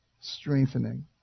strengthening